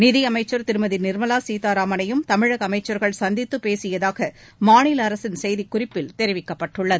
நிதியமைச்சர் திருமதி நிர்மவா சீதாராமனையும் தமிழக அமைச்சர்கள் சந்தித்து பேசியதாக மாநில அரசின் செய்திக்குறிப்பில் தெரிவிக்கப்பட்டுள்ளது